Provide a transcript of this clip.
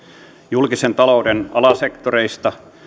julkisen talouden alasektoreista